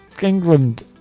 England